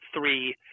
three